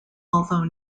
although